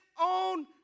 own